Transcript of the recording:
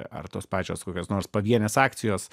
ar tos pačios kokios nors pavienės akcijos